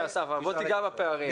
אסף, תיגע בפערים.